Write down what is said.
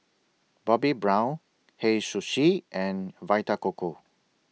Bobbi Brown Hei Sushi and Vita Coco